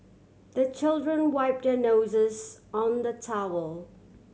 the children wipe their noses on the towel